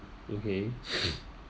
okay